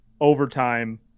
overtime